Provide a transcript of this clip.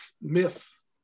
myth